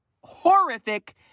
horrific